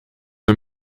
hun